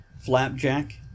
Flapjack